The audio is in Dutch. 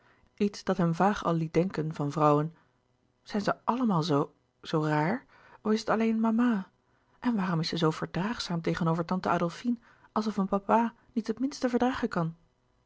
iets dat hem vaag al liet denken van vrou wen zijn ze allemaal zoo zoo raar of is het alleen louis couperus de boeken der kleine zielen mama en waarom is ze zoo verdraagzaam tegenover tante adolfine als ze van papa niet het minste verdragen kan